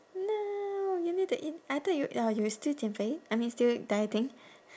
no you need to eat I thought you uh you were still 减肥 I mean still dieting